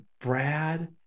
Brad